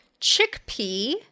chickpea